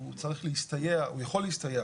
שהוא צריך להסתייע, יכול להסתייע